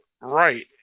right